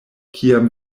kiam